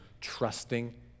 trusting